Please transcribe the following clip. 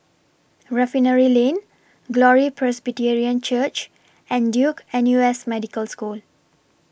Refinery Lane Glory Presbyterian Church and Duke N U S Medical School